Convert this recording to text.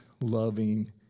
loving